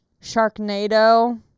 Sharknado